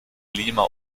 lima